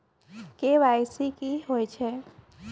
KYC की होय छै?